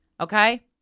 Okay